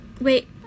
Wait